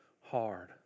hard